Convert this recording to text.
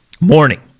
morning